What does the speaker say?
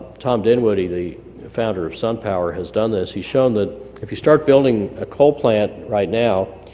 tom dinwiddie the founder of sun power has done this. he's shown that if you start building a coal plant right now,